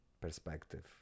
perspective